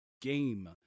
game